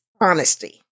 honesty